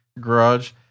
garage